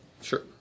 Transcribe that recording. sure